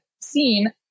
seen